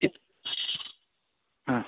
जी हा